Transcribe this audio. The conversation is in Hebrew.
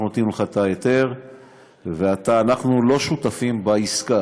אנחנו נותנים לך את ההיתר ואנחנו לא שותפים לעסקה.